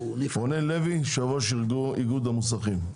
רונן לוי, יושב-ראש ארגון המוסכים.